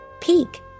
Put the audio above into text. Peak